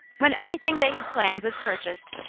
when everything they had planned was purchased,